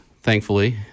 thankfully